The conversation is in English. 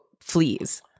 fleas